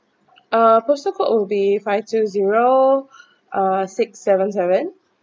uh postal code will be five two zero uh six seven seven